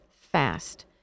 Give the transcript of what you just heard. fast